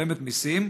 משלמת מיסים,